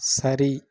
சரி